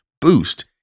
boost